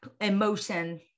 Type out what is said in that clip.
emotion